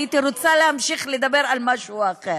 הייתי רוצה להמשיך לדבר על משהו אחר.